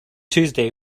tuesday